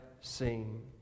seen